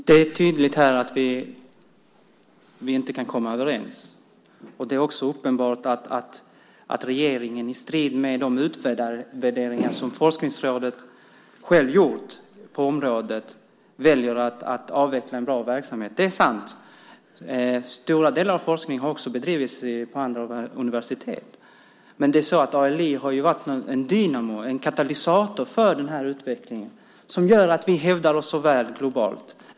Herr talman! Det är tydligt att vi inte kan komma överens. Vidare är det uppenbart att regeringen, i strid med de utvärderingar som forskningsrådet gjort på området, väljer att avveckla en bra verksamhet. Det är sant att stora delar av forskningen även bedrivs vid universiteten, men ALI har varit en dynamo, en katalysator, för den utveckling som gör att vi hävdar oss så väl globalt.